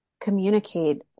communicate